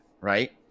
right